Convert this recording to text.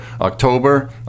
October